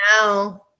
now